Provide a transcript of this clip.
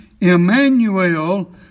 Emmanuel